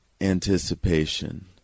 anticipation